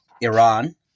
Iran